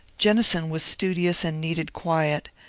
jennison was studious and needed quiet,